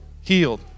healed